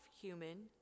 human